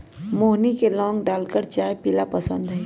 मोहिनी के लौंग डालकर चाय पीयला पसंद हई